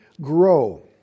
grow